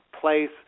place